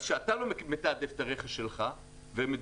כשאתה לא מתעדף את הרכש שלך ומדינות